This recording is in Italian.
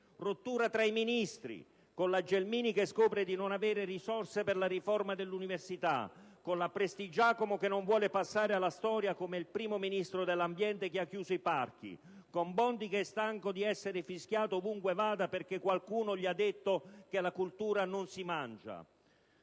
rottura tra i Ministri, con la Gelmini che scopre di non avere risorse per realizzare la riforma dell'università, la Prestigiacomo che non vuole passare alla storia come il primo Ministro dell'ambiente che ha chiuso i parchi, e Bondi che è stanco di essere fischiato ovunque vada perché qualcuno gli ha detto che con la cultura non si mangia;